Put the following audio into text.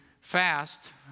fast